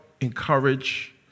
encourage